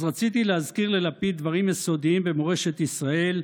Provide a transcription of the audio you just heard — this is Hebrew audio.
אז רציתי להזכיר ללפיד דברים יסודיים במורשת ישראל.